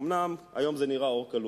אומנם היום זה נראה אור קלוש,